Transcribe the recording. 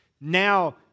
Now